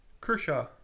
Kershaw